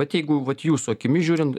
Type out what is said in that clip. bet jeigu vat jūsų akimis žiūrint